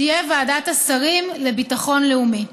תהיה ועדת השרים לביטחון לאומי.